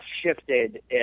shifted